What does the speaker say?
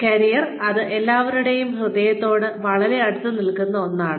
career ഇത് എല്ലാവരുടെയും ഹൃദയത്തോട് വളരെ അടുത്ത് നിൽക്കുന്ന ഒന്നാണ്